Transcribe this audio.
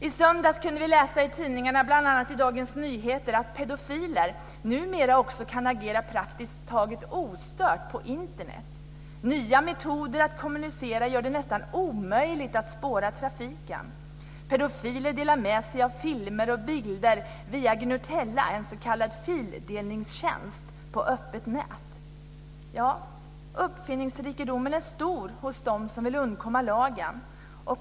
I söndags kunde vi läsa i tidningarna, bl.a. i Dagens Nyheter, att pedofiler numera också kan agera praktiskt taget ostört på Internet. Nya metoder att kommunicera gör det nästan omöjligt att spåra trafiken. Pedofiler delar med sig av filmer och bilder via Uppfinningsrikedomen är stor hos dem som vill undkomma lagen.